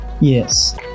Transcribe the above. yes